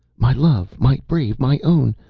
my love, my brave, my own,